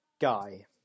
guy